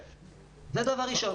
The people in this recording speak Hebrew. זה דבר ראשון.